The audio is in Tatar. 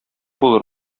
булыр